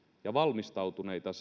ja valmistautuneita